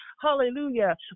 hallelujah